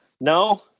No